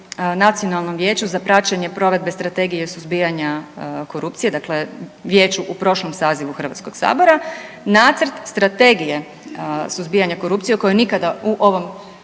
Nacionalnom vijeću za praćenje provedbe Strategije suzbijanja korupcije, dakle vijeću u prošlom sazivu Hrvatskog saziva nacrt Strategije suzbijanja korupcije o kojoj nikada u ovom